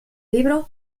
libros